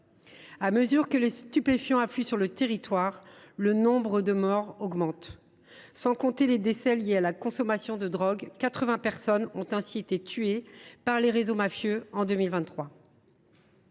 À mesure que les stupéfiants affluent sur le territoire, le nombre de morts augmente. Sans compter les décès liés à la consommation de drogue, quatre vingts personnes ont ainsi été tuées par les réseaux mafieux en 2023.